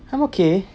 I'm okay